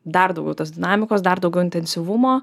dar daugiau tos dinamikos dar daugiau intensyvumo